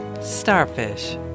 starfish